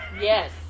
Yes